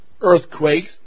earthquakes